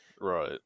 Right